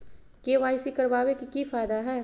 KYC करवाबे के कि फायदा है?